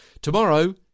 Tomorrow